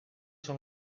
son